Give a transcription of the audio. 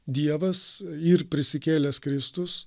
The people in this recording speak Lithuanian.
dievas ir prisikėlęs kristus